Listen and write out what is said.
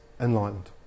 enlightened